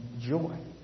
joy